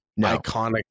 iconic